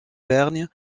vergne